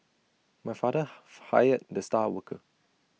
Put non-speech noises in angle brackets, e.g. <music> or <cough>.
my father <unintelligible> fired the star worker